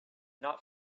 not